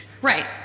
Right